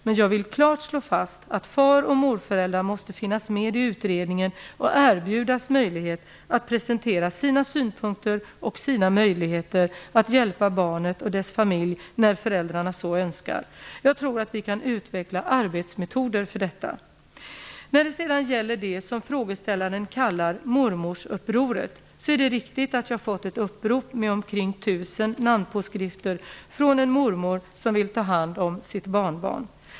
Men jag vill klart slå fast att far och morföräldrar måste finnas med i utredningen och erbjudas möjlighet att presentera sina synpunkter och sina möjligheter att hjälpa barnet och dess familj när föräldrarna så önskar. Jag tror att vi kan utveckla arbetsmetoder för detta. När det sedan gäller det som frågeställaren kallar mormorsupproret är det riktigt att jag fått ett upprop med omkring 1 000 namnpåskrifter från en mormor som vill ta hand om sitt barnbarn.